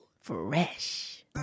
Fresh